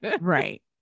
Right